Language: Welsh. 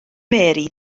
mary